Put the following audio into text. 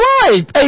life